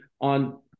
on